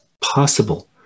possible